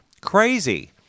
Crazy